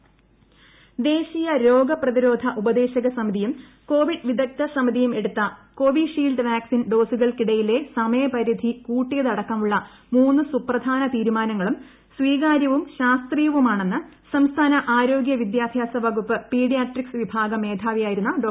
Covid സന്ദേശം ദേശീയ രോഗ പ്രതിരോധ ഉപദേശക സമിതിയും കോവിഡ് വിദഗ്ദ്ധ സമിതിയും എടുത്ത കോവിഷീൽഡ് വാക്സിൻ ഡോസുകൾക്കിടയിലെ സമയപരിധി കൂട്ടിയതടക്കമുള്ള മൂന്ന് സുപ്രധാന തീരുമാനങ്ങളും സ്വീകാര്യവും ശാസ്ത്രീയവുമാണെന്ന് സംസ്ഥാന ആരോഗ്യ വിദ്യാഭ്യാസ വകുപ്പ് പീഡിയാട്രിക്സ് വിഭാഗം മേധാവിയായിരുന്ന ഡോ